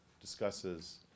discusses